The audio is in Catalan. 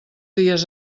dies